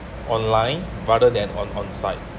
online rather than on on site